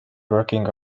working